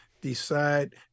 decide